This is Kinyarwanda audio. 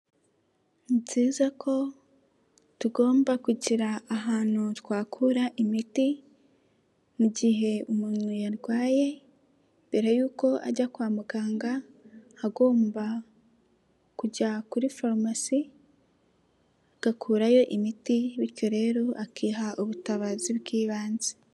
Ni byiza ko tugomba kugira ahantu twakura imiti mu gihe umuntu yarwaye mbere y'uko ajya kwa muganga agomba kujya kuri farumasi agakurayo imiti bityo rero akiha ubutabazi bw'ibanze.